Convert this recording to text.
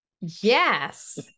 Yes